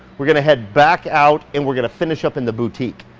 we're gonna head back out and we're gonna finish up in the boutique